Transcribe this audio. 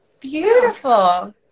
beautiful